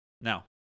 Now